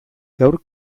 gaur